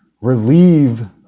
relieve